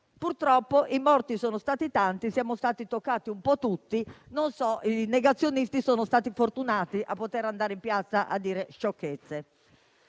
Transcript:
Purtroppo i morti sono stati tanti e siamo stati toccati un po' tutti; i negazionisti sono stati fortunati a poter andare in piazza a dire sciocchezze.